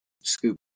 scoop